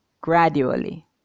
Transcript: gradually